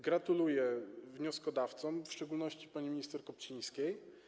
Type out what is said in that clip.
Gratuluję wnioskodawcom, w szczególności pani minister Kopcińskiej.